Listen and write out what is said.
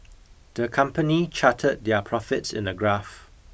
the company charted their profits in a graph